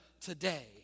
today